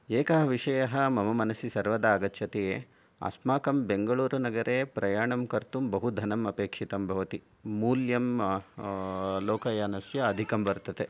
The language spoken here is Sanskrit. एकः विषयः मम मनसि सर्वदा आगच्छति अस्माकं बेङ्गलूरुनगरे प्रयाणं कर्तुं बहु धनं अपेक्षितं भवति मूल्यं लोकयानस्य अधिकं वर्तते